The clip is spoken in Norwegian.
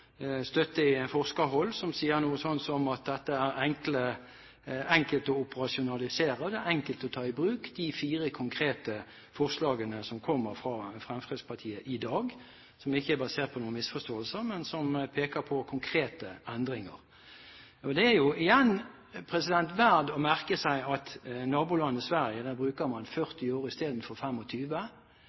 støtte fra forskerhold, som sier noe sånt som at det er enkelt å operasjonalisere og ta i bruk de fire konkrete forslagene som kommer fra Fremskrittspartiet i dag – som ikke er basert på noen misforståelser, men som peker på konkrete endringer. Det er igjen verdt å merke seg at i nabolandet Sverige bruker man 40 år